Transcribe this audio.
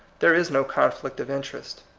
there is no conflict of interests.